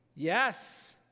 Yes